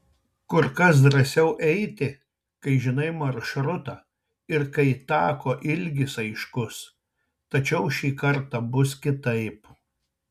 kur kas drąsiau eiti kai žinai maršrutą ir kai tako ilgis aiškus tačiau šį kartą bus kitaip